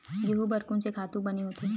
गेहूं बर कोन से खातु बने होथे?